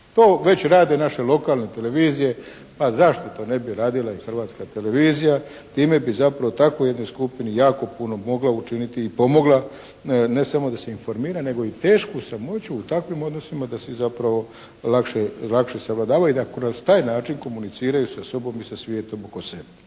To već rade naše lokalne televizije pa zašto to ne bi radila i Hrvatska televizija. Time bi zapravo takvoj jednoj skupini jako puno mogla učiniti i pomogla ne samo da se informiraju nego i tešku samoću u takvim odnosima da si zapravo lakše savladava i da kroz taj način komuniciraju i sa sobom i sa svijetom oko sebe.